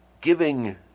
giving